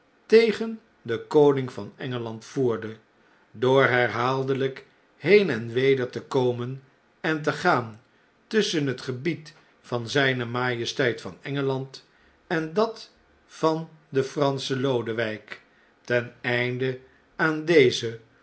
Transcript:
tegen den koning van engeland voerde door herhaaldeljjk heen en weder te komen en te gaan tusschen het gebied van zijne majesteit van engeland en dat van den franschen lodewjjk ten einde aan dezen